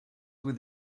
with